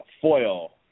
Foil